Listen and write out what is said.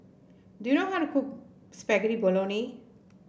do you know how to cook Spaghetti Bolognese